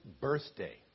birthday